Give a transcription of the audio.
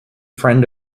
friend